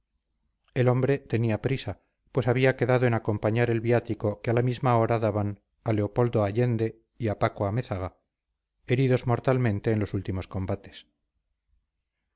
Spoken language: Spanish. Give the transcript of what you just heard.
el hombre tenía prisa pues había quedado en acompañar el viático que a la misma hora daban a leonardo allende y a paco amézaga heridos mortalmente en los últimos combates